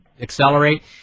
accelerate